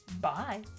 Bye